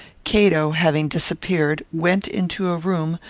cato having disappeared, went into a room,